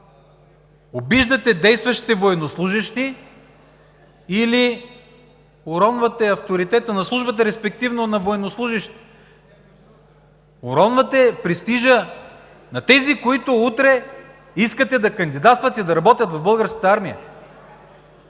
Обиждате действащите военнослужещи или уронвате авторитета на службата, респективно на военнослужещите. Уронвате престижа на тези, които утре искате да кандидатстват и да работят в Българската армия.